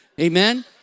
amen